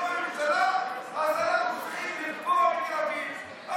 בממשלה אז אנחנו צריכים לפגוע בתל אביב.